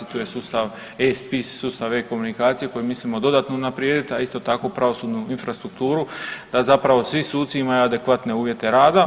Tu je sustav e-spis, sustav e-komunikacije koji mislimo dodatno unaprijediti, a isto tako pravosudnu infrastrukturu da zapravo svi suci imaju adekvatne uvjete rada.